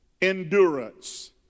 endurance